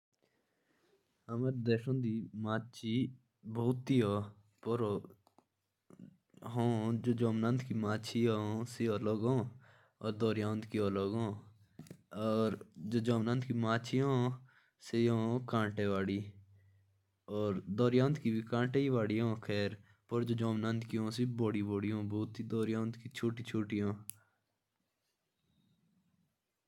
मछलियों की प्रजाति बहुत सारी होती है। जैसे काटे वाली भी और बिना काटे वाली भी। और मछलियाँ ज़्यादा समुद्र में पाई जाती हैं।